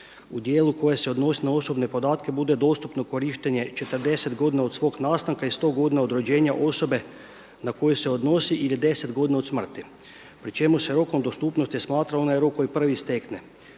u dijelu koji se odnosi na osobne podatke bude dostupno korištenje 40 godina od svog nastanka i 100 godina od rođenja osobe na koju se odnosi ili 10 godine od smrti, pri čemu se rokom dostupnosti smatra onaj prvi rok koji stekne.